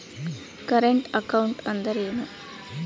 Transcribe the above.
Current account ಅಂದರೇನು?